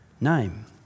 name